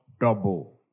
double